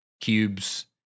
cubes